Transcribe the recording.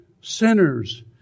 sinners